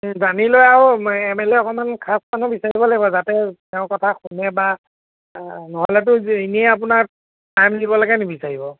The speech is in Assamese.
জানিলে আৰু এম এল এ অকণমান খাছ মানুহ বিচাৰিব লাগিব যাতে তেওঁৰ কথা শুনে বা নহ'লেতো এনেইে আপোনাৰ টাইম দিব লাগে নিবিচাৰিব